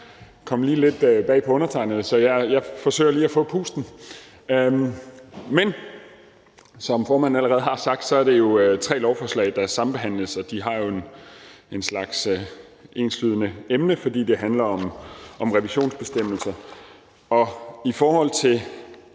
kom lige lidt bag på undertegnede, så jeg forsøger lige at få pusten. Som formanden allerede har sagt, er det tre lovforslag, der sambehandles, og de har jo en slags enslydende emne, fordi det handler om revisionsbestemmelser. I forhold til